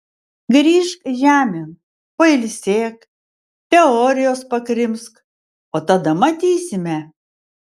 grįžk žemėn pailsėk teorijos pakrimsk o tada matysime